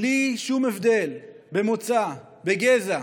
בלי שום הבדלי מוצא וגזע.